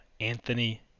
Anthony